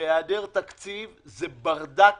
בהיעדר תקציב זה ברדק